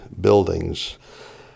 buildings